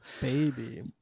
Baby